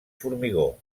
formigó